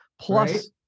plus